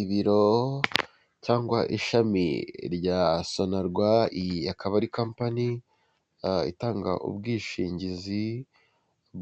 Ibiro cyangwa ishami rya sonarwa akaba ari kampany itanga ubwishingizi